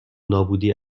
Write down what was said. نابودی